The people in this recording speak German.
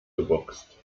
geboxt